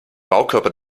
baukörper